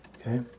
Okay